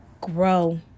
grow